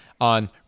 on